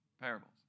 Parables